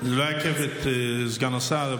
אני לא אעכב את סגן השר,